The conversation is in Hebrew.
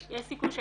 שנקרא